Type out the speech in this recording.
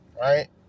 Right